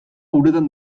uretan